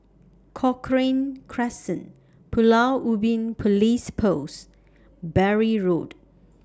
Cochrane Crescent Pulau Ubin Police Post Bury Road